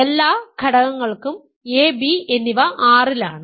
എല്ലാ ഘടകങ്ങൾക്കും a b എന്നിവ R ലാണ്